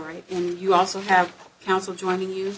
right and you also have counsel joining you